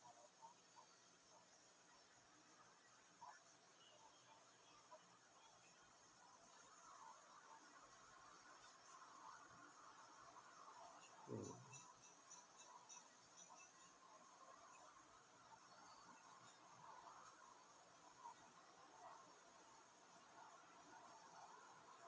oh